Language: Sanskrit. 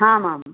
हां हां